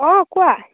অঁ কোৱা